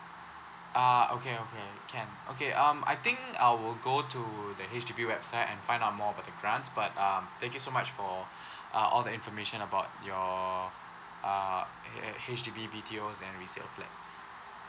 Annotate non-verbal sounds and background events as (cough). ah okay okay can okay um I think I will go to the H_D_B website and find out more about the grants but um thank you so much for (breath) uh all the information about your uh H~ H_D_B B_T_Os and resale flats